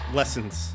lessons